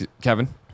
Kevin